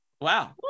wow